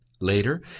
Later